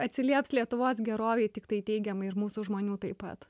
atsilieps lietuvos gerovei tiktai teigiamai ir mūsų žmonių taip pat